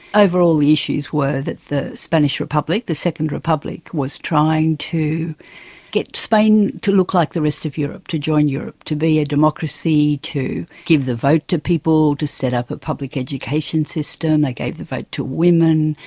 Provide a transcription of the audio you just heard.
overall the issues were that the spanish republic, the second republic was trying to get spain to look like the rest of europe, to join europe, to be a democracy, to give the vote to people, to set up a public education system. they gave the vote to women.